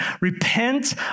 repent